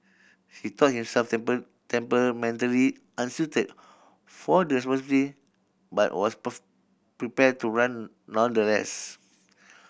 he thought himself temperamentally unsuited for the responsibility but was prepared to run nonetheless